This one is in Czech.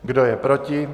Kdo je proti?